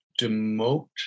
demote